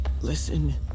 Listen